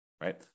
right